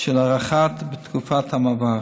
של הארכת תקופת המעבר.